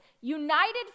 united